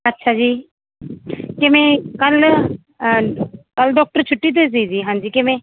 ਅੱਛਾ ਜੀ ਕਿਵੇਂ ਕੱਲ ਕੱਲ ਡਾਕਟਰ ਛੁੱਟੀ 'ਤੇ ਸੀ ਜੀ ਹਾਂਜੀ ਕਿਵੇਂ